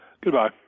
Goodbye